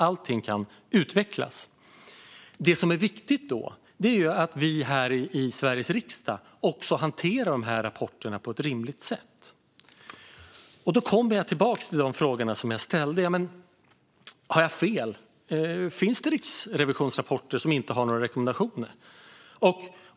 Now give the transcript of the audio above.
Allting kan utvecklas. Då är det också viktigt att vi här i Sveriges riksdag hanterar rapporterna på ett rimligt sätt. Det för mig tillbaka till de frågor som jag ställde. Har jag fel? Finns det rapporter från Riksrevisionen som inte har innehållit några rekommendationer?